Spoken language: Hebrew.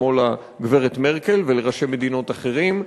כמו לגברת מרקל ולראשי מדינות אחרים,